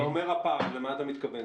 כשאתה אומר "פער" למה אתה מתכוון?